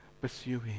pursuing